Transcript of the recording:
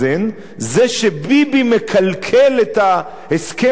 זה שביבי מקלקל את הסכם השלום אתו,